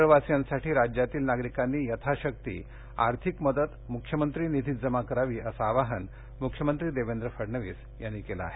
केरळवासियांसाठी राज्यातील नागरिकांनी यथाशक्ती आर्थिक मदत मुख्यमंत्री निधीत जमा करावी असं आवाहन मुख्यमंत्री देवेंद्र फडणवीस यांनी केलं आहे